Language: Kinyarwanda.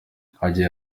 agira